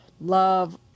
love